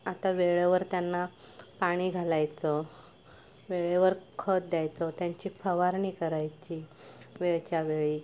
आता वेळेवर त्यांना पाणी घालायचं वेळेवर खत द्यायचं त्यांची फवारणी करायची वेळच्या वेळी